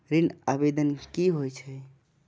ऋण आवेदन की होय छै?